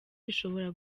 bishobora